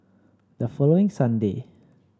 the following Sunday